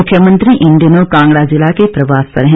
मुख्यमंत्री इन दिनों कांगड़ा जिला के प्रवास पर हैं